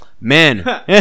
man